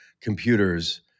computers